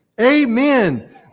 Amen